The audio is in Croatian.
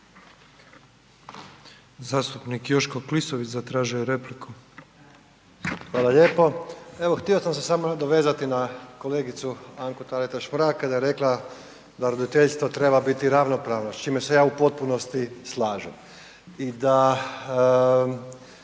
je repliku. **Klisović, Joško (SDP)** Hvala lijepo. Evo, htio sam se samo nadovezati na kolegicu Anku Taritaš Mrak kada je rekla da roditeljstvo treba biti ravnopravno s čime se ja u potpunosti slažem i da